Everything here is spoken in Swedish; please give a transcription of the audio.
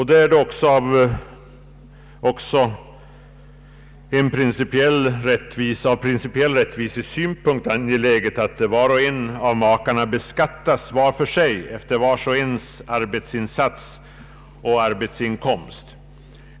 Då är det också ur principiell rättvisesynpunkt angeläget att makarna beskattas var för sig efter vars och ens arbetsinsats och arbetsinkomst.